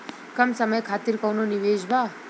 कम समय खातिर कौनो निवेश बा?